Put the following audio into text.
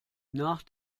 nach